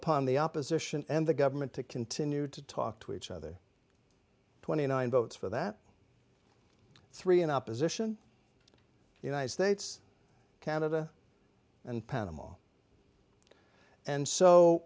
upon the opposition and the government to continue to talk to each other twenty nine votes for that three in opposition united states canada and panama and so